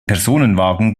personenwagen